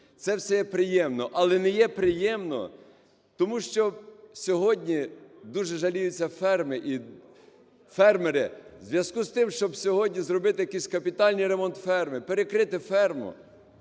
Це все приємно. Але не є приємно, тому що сьогодні дуже жаліються фермери в зв'язку з тим: щоб сьогодні зробити якийсь капітальний ремонт ферми, перекрити ферму,